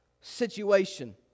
situation